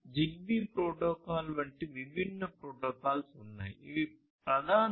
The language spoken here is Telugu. జిగ్బీ ప్రోటోకాల్ వంటి విభిన్న ప్రోటోకాల్స్ ఉన్నాయి ఇవి ప్రధానంగా 802